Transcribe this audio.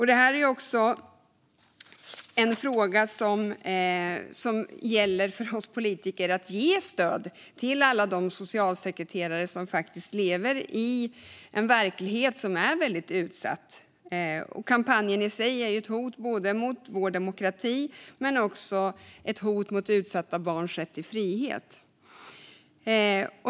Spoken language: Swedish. Det gäller för oss politiker att ge stöd till alla de socialsekreterare som lever i en verklighet som är väldigt utsatt. Kampanjen i sig är ju ett hot både mot Sveriges demokrati och mot utsatta barns rätt till frihet.